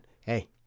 hey